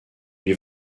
lui